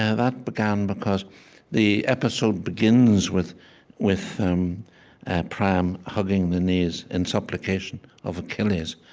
ah that began because the episode begins with with um priam hugging the knees in supplication of achilles.